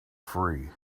free